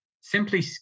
Simply